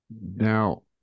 Now